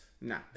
Nah